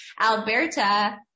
Alberta